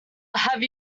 have